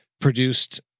produced